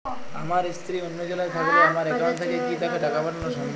আমার স্ত্রী অন্য জেলায় থাকলে আমার অ্যাকাউন্ট থেকে কি তাকে টাকা পাঠানো সম্ভব?